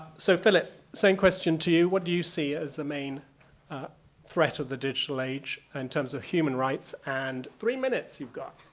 so philip, same question to you, what do you see as the main threat of the digital age in terms of human rights? and three minutes, you've got.